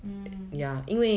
hmm